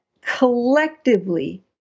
collectively